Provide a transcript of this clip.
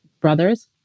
brother's